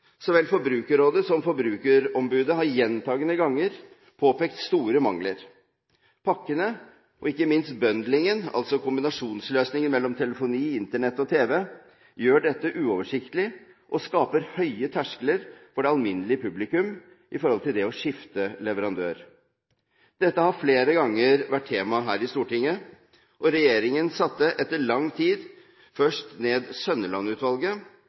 Så vel forbrukerrådet som forbrukerombudet har gjentatte ganger påpekt store mangler. Pakkene, og ikke minst «bundlingen», altså kombinasjonsløsninger mellom telefoni, Internett og tv gjør dette uoversiktlig og skaper høye terskler for det alminnelige publikum med hensyn til å skifte leverandør. Dette har flere ganger vært tema her i Stortinget, og regjeringen satte etter lang tid først ned